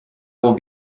will